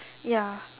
ya